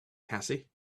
cassie